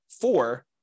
four